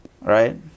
Right